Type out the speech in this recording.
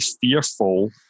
fearful